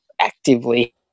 actively